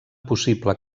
possible